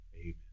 amen